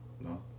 No